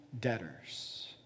debtors